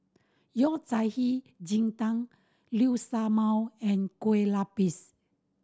Yao Cai Hei Ji Tang Liu Sha Bao and Kueh Lapis